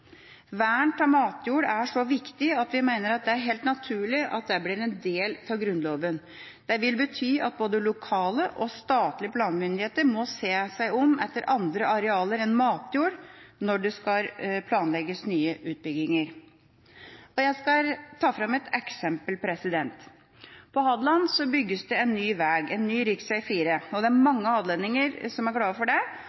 Vern av matjord er så viktig at vi mener det er helt naturlig at det blir en del av Grunnloven. Det vil bety at både lokale og statlige planmyndigheter må se seg om etter andre arealer enn matjord når de skal planlegge nye utbygginger. Jeg skal ta fram et eksempel. På Hadeland bygges det vei, ny rv. 4. Det er mange hadelendinger som er glade for det. Og de som kommer fra Raufoss, Toten og Gjøvik, er